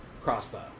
crossbow